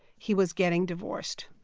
he was getting divorced